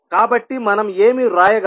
కాబట్టి మనం ఏమి వ్రాయగలం